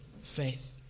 faith